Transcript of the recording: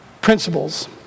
principles